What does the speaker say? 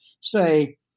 say